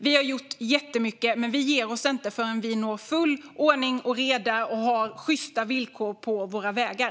Vi har gjort jättemycket, men vi ger oss inte förrän vi når full ordning och reda och har sjysta villkor på våra vägar.